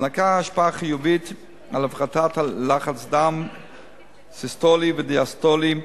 להנקה השפעה חיובית על הפחתת לחץ דם סיסטולי ודיאסטולי,